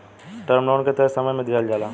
term loan के तय समय में दिहल जाला